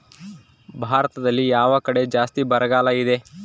ಭಾರತದಲ್ಲಿ ಯಾವ ಕಡೆ ಜಾಸ್ತಿ ಬರಗಾಲ ಇದೆ?